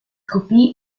kopie